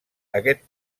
aquest